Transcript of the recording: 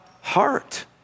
heart